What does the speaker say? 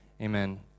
Amen